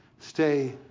stay